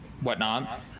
whatnot